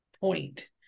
point